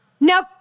Now